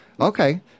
Okay